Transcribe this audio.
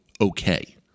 okay